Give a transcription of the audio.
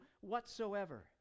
whatsoever